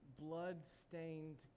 blood-stained